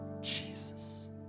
Jesus